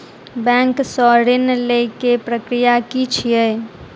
Bank सऽ ऋण लेय केँ प्रक्रिया की छीयै?